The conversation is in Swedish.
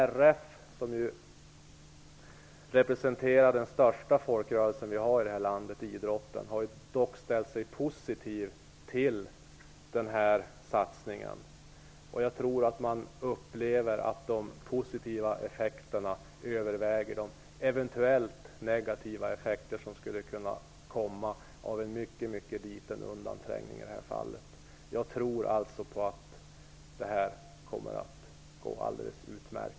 RF, som representerar idrotten, landets största folkrörelse, har ställt sig positivt till denna satsning. Jag tror att man upplever att de positiva effekterna överväger de eventuella negativa effekter som skulle kunna bli följden av en mycket liten undanträngning i detta fall. Jag tror alltså att detta kommer att gå alldeles utmärkt.